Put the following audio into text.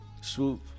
Swoop